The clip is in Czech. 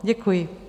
Děkuji.